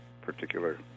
particular